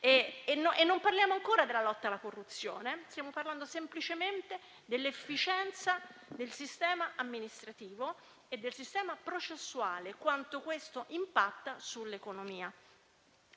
E non parliamo ancora della lotta alla corruzione, ma stiamo parlando semplicemente di quanto l'efficienza del sistema amministrativo e del sistema processuale impatti sull'economia.